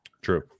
True